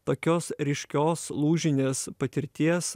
tokios ryškios lūžinės patirties